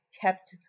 kept